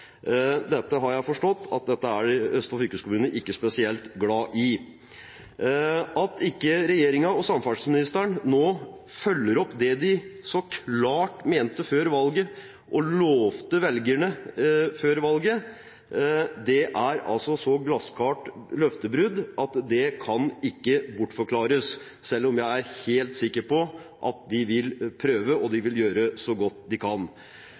dette er ikke Østfold fylkeskommune spesielt glad for. At ikke regjeringen og samferdselsministeren nå følger opp det de så klart mente før valget og lovte velgerne før valget, er et så glassklart løftebrudd at det ikke kan bortforklares, selv om jeg er helt sikker på at de vil prøve, og de vil gjøre så godt de kan.